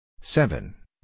Seven